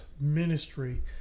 ministry